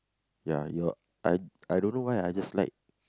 ya your I I don't know why I just like